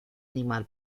animal